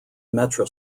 metra